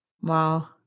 Wow